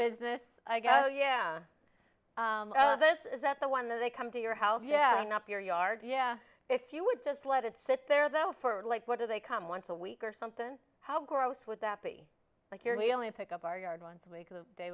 business i go yeah oh this is that the one that they come to your house yeah i'm not your yard yeah if you would just let it sit there though for like what do they come once a week or something how gross would that be like you're the only pick up our yard once a week or the day